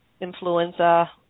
influenza